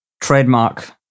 trademark